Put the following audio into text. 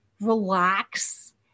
relax